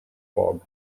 fog